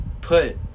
put